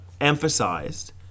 emphasized